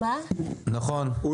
כן?